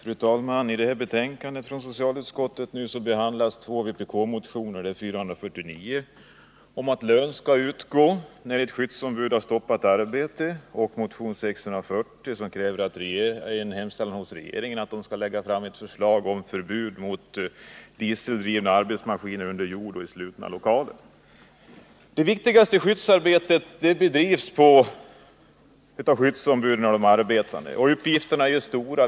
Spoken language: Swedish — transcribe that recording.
Fru talman! I detta betänkande från socialutskottet behandlas två vpk-motioner — nr 499 om att lön skall utgå när skyddsombud har stoppat ett arbete och nr 640 om att regeringen skall lägga fram förslag till förbud mot användande av dieseldrivna arbetsmaskiner under jord och i slutna lokaler. Det viktigaste skyddsarbetet utförs av de arbetande och deras skyddsombud. Uppgifterna är stora.